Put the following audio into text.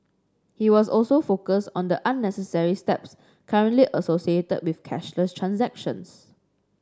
he also focused on the unnecessary steps currently associated with cashless transactions